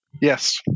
Yes